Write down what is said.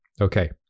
Okay